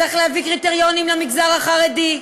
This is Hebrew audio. צריך להביא קריטריונים למגזר החרדי.